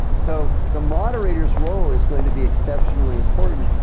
so the moderator's role is going to be exceptionally important.